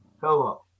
hello